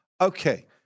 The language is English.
Okay